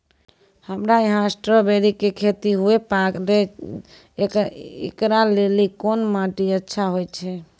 हमरा यहाँ स्ट्राबेरी के खेती हुए पारे, इकरा लेली कोन माटी अच्छा होय छै?